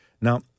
Now